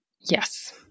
Yes